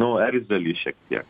nu erzelį šiek tiek